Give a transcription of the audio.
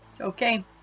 Okay